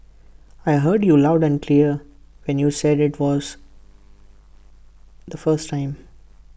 I heard you loud and clear when you said IT was the first time